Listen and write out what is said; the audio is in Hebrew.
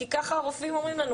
כי ככה הרופאים אומרים לנו,